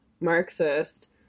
Marxist